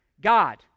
God